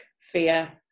fear